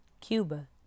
Cuba